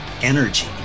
energy